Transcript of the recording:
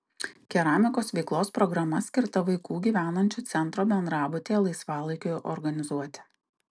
keramikos veiklos programa skirta vaikų gyvenančių centro bendrabutyje laisvalaikiui organizuoti